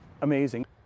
amazing